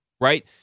right